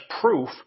proof